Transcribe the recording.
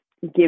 give